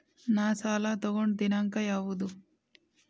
ನಾ ಸಾಲ ತಗೊಂಡು ದಿನಾಂಕ ಯಾವುದು?